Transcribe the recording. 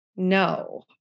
No